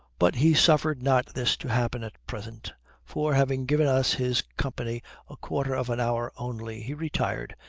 but he suffered not this to happen at present for, having given us his company a quarter of an hour only, he retired,